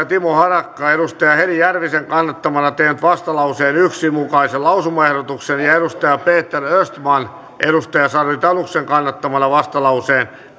timo harakka on heli järvisen kannattamana tehnyt vastalauseen yhden mukaisen lausumaehdotuksen peter östman on sari tanuksen kannattamana vastalauseen